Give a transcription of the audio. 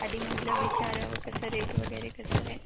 आधी म्हटलं विचारावं कसं रेट वगैरे कसं आहे